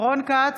רון כץ,